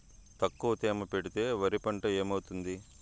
తక్కువ తేమ పెడితే వరి పంట ఏమవుతుంది